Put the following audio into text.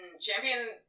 Champion